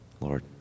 Lord